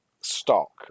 stock